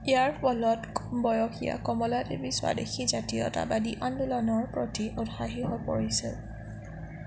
ইয়াৰ ফলত কম বয়সীয়া কমলাদেৱী স্বদেশী জাতীয়তাবাদী আন্দোলনৰ প্ৰতি উৎসাহী হৈ পৰিছিল